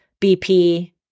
BP